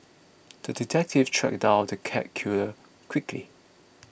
the detective tracked down the cat killer quickly